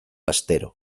astero